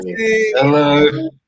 Hello